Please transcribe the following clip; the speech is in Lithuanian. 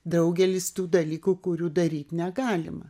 daugelis tų dalykų kurių daryt negalima